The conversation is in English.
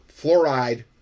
fluoride